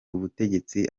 ubutegetsi